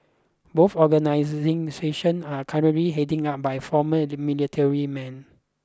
both organisation are currently heading up by former military men